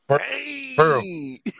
Hey